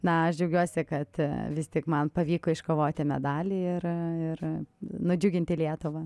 na aš džiaugiuosi kad vis tik man pavyko iškovoti medalį ir nudžiuginti lietuvą